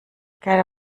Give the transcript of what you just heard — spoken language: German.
gerda